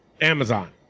Amazon